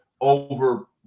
over